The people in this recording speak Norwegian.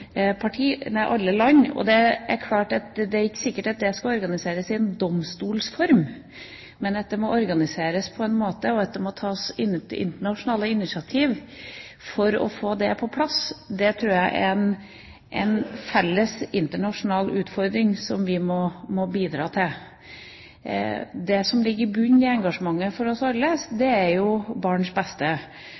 land. Det er ikke sikkert at det skal organiseres i en domstolsform, men at det må organiseres på en måte, og at det må tas internasjonale initiativ for å få det på plass, tror jeg er en felles internasjonal utfordring som vi må bidra til. Det som ligger i bunnen for engasjementet hos oss alle, er jo barns beste.